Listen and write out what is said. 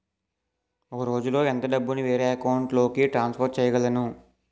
ఒక రోజులో ఎంత డబ్బుని వేరే అకౌంట్ లోకి ట్రాన్సఫర్ చేయగలను?